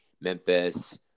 Memphis